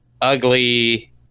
ugly